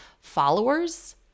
followers